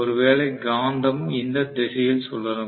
ஒருவேளை காந்தம் இந்த திசையில் சுழலும்